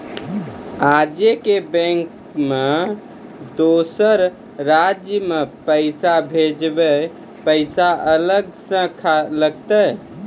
आजे के बैंक मे दोसर राज्य मे पैसा भेजबऽ पैसा अलग से लागत?